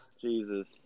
Jesus